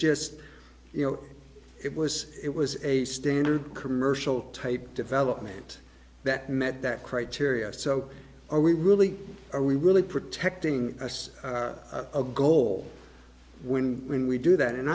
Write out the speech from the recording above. just you know it was it was a standard commercial type development that met that criteria so are we really are we really protecting as a goal when when we do that and